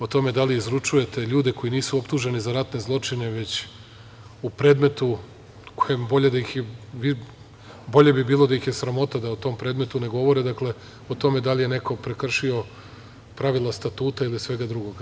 O tome da li izručujete ljude koji nisu optuženi za ratne zločine već u predmetu, bolje bi bilo da ih je sramota da o tom predmetu ne govore, o tome da li je neko prekršio pravila statuta ili svega drugog.